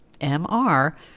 mr